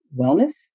wellness